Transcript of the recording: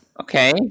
Okay